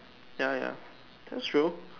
ya ya that's true